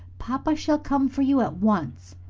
papa shall come for you at once.